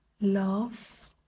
love